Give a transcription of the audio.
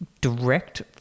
direct